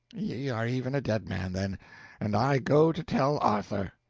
ye are even a dead man, then and i go to tell arthur.